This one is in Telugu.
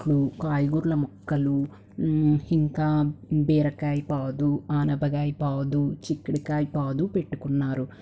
కాయకూరల మొక్కలు ఇంకా బీరకాయ పాదు అనపకాయ పాదు చిక్కుడుకాయ పాదు పెట్టుకున్నారు